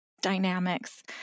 dynamics